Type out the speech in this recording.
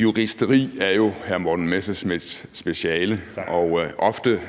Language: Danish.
Juristeri er jo hr. Morten Messerschmidts speciale, og ofte